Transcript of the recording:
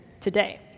today